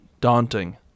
daunting